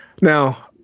Now